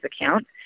account